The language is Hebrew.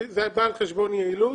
זה בא על חשבון יעילות.